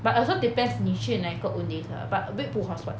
but also depends 你去那一个 Owndays lah but a bit 不划算